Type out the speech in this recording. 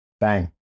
Bang